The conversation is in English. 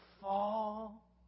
Fall